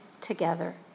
together